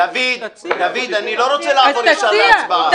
דוד, אני לא רוצה לעבור ישר להצבעה.